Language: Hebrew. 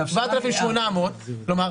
כלומר,